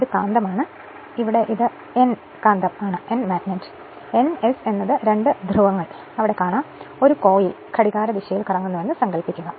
ഇത് കാന്തമാണ് ഇത് N കാന്തമാണ് N S എന്നീ രണ്ട് ധ്രുവങ്ങൾ അവിടെയുണ്ട് ഒരു കോയിൽ ഘടികാരദിശയിൽ കറങ്ങുന്നുവെന്ന് സങ്കൽപ്പിക്കുക